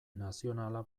nazionala